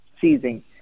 seizing